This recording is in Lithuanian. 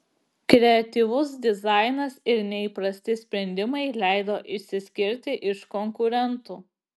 kreatyvus dizainas ir neįprasti sprendimai leido išsiskirti iš konkurentų